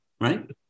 Right